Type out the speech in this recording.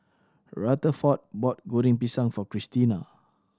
Rutherford brought Goreng Pisang for Kristina